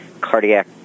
cardiac